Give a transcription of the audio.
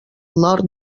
nord